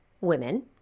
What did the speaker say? women